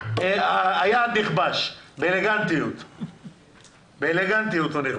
מאוד מאוד גדולים שהרבה פעמים יש להם וטרינר אחד או שניים